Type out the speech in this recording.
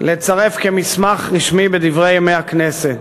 לצרף כמסמך רשמי ל"דברי הכנסת",